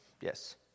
Yes